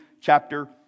chapter